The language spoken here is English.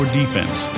defense